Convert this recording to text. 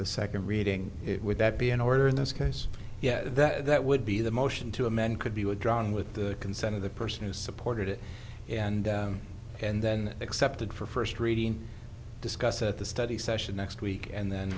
the second reading it would that be an order in this case yeah that would be the motion two a man could be withdrawn with the consent of the person who supported it and and then accepted for first reading discuss at the study session next week and then